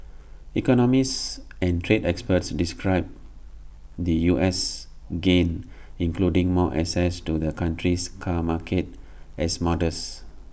economists and trade experts described the US's gains including more access to the country's car market as modest